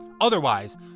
Otherwise